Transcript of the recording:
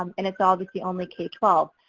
um and it's obviously only k twelve.